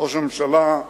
ראש הממשלה,